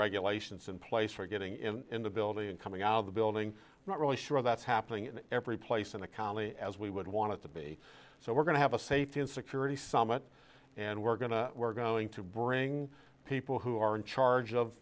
regulations in place for getting in in the building and coming out of the building not really sure that's happening in every place in the county as we would want it to be so we're going to have a safety and security summit and we're going to we're going to bring people who are in charge of